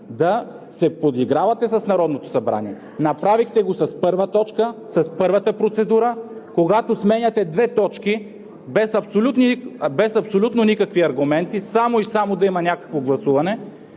да се подигравате с Народното събрание! Направихте го с първата точка, с първата процедура, когато сменяте две точки без абсолютно никакви аргументи, само и само да има някакво гласуване,